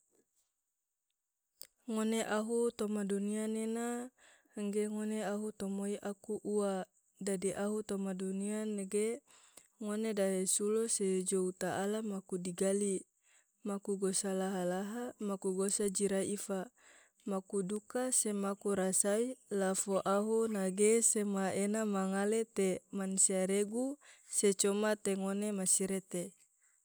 ngone ahu toma dunia nena engge ngone ahu tomoi aku ua, dadi ahu toma dunia ne ge ngone dahe sulo se jou taala maku digali, maku gosa laha-laha maku gosa jira ifa, maku duka se maku rasai la fo ahu nage sema ena ma ngale te mansia regu se coma te ngone masirete.